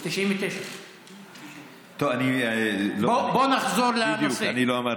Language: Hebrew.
99. בואו נחזור לנושא.